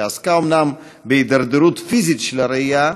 שעסקה אומנם בהידרדרות פיזית של הראייה,